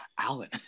Alan